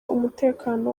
umutekano